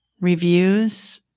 reviews